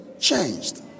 changed